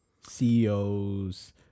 CEOs